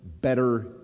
better